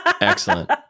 Excellent